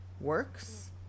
works